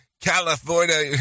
California